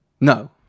No